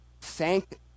thank